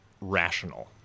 rational